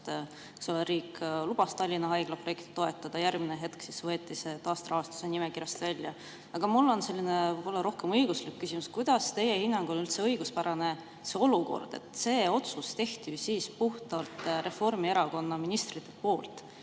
Suvel riik lubas Tallinna Haigla projekti toetada, järgmine hetk võeti see taasterahastu nimekirjast välja. Aga mul on selline võib-olla rohkem õiguslik küsimus. Kas teie hinnangul on üldse õiguspärane see olukord? See otsus tehti ju puhtalt Reformierakonna ministrite poolt,